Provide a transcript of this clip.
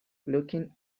looking